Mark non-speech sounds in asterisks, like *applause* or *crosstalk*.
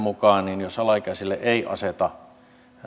*unintelligible* mukaan on niin että jos alaikäisille ei aseteta